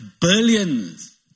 billions